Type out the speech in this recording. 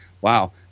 wow